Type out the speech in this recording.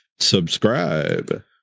Subscribe